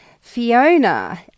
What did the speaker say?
Fiona